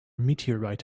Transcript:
meteorite